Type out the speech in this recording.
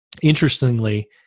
interestingly